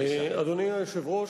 אדוני היושב-ראש,